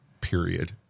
period